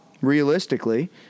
realistically